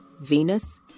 Venus